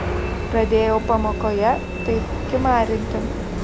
pradėjau pamokoje taip kimarinti